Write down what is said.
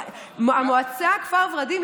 המועצה כפר ורדים,